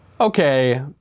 Okay